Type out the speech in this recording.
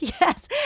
yes